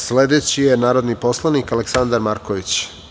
Sledeći je narodni poslanik Aleksandar Marković.